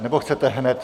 Nebo chcete hned?